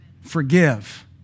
Forgive